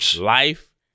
life